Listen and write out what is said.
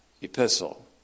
epistle